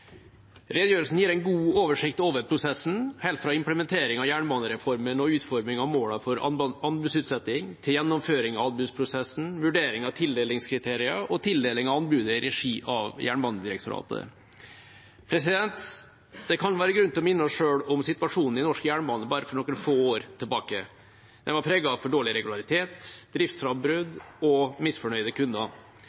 Redegjørelsen gir en god oversikt over prosessen, helt fra implementeringen av jernbanereformen og utformingen av målene for anbudsutsetting, til gjennomføring av anbudsprosessen, vurdering av tildelingskriterier og tildeling av anbudet i regi av Jernbanedirektoratet. Det kan være grunn til å minne oss selv om situasjonen i norsk jernbane bare noen få år tilbake i tid. Den var preget av for dårlig regularitet,